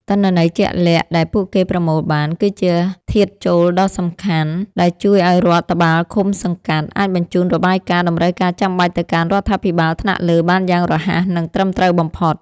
ទិន្នន័យជាក់លាក់ដែលពួកគេប្រមូលបាន គឺជាធាតុចូលដ៏សំខាន់ដែលជួយឱ្យរដ្ឋបាលឃុំ-សង្កាត់ អាចបញ្ជូនរបាយការណ៍តម្រូវការចាំបាច់ទៅកាន់រដ្ឋាភិបាលថ្នាក់លើបានយ៉ាងរហ័ស និងត្រឹមត្រូវបំផុត។